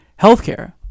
healthcare